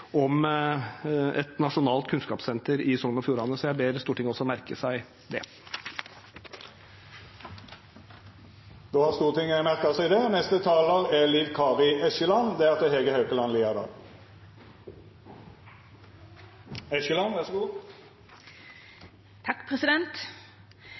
om et nasjonalt kunnskapssenter i Sogn og Fjordane. Så jeg ber Stortinget om også å merke seg det. Då har Stortinget merka seg det.